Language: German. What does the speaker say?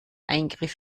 eingriff